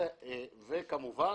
כמובן